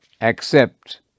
accept